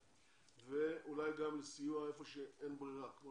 קטנות ואולי גם סיוע היכן שאין ברירה כמו